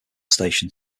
station